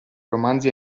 romanzi